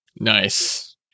nice